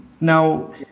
Now